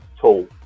tool